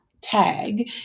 tag